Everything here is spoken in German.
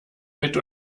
mit